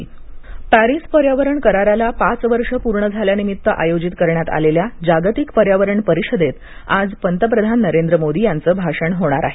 पंतप्रधान पर्यावरण परिषद पॅरीस पर्यावरण कराराला पाच वर्ष पूर्ण झाल्यानिमित्त आयोजित करण्यात आलेल्या जागतिक पर्यावरण परिषदेत आज पंतप्रधान नरेंद्र मोदी यांचं भाषण होणार आहे